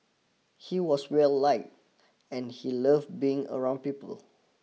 he was well like and he love being around people